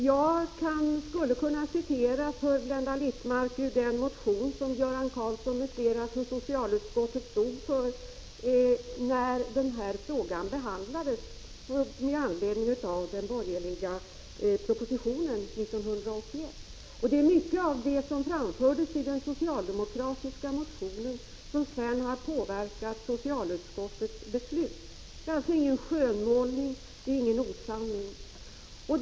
Jag skulle kunna citera för Blenda Littmarck ur den motion som Göran Karlsson m.fl. i socialutskottet stod för när denna fråga behandlades med anledning av den borgerliga propositionen 1981. Det är mycket av det som framfördes i denna socialdemokratiska motion som sedan har påverkat socialutskottets beslut. Det är alltså ingen skönmålning, ingen osanning.